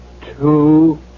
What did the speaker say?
Two